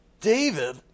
David